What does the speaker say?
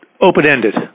open-ended